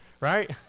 right